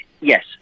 Yes